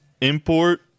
import